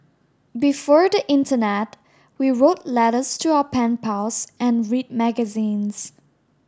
before the internet we wrote letters to our pen pals and read magazines